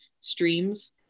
streams